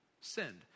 sinned